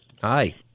hi